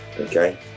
Okay